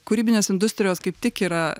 kūrybinės industrijos kaip tik yra